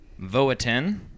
Voatin